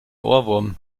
ohrwurm